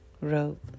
wrote